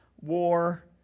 war